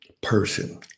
person